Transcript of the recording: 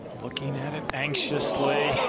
looking at it anxiously.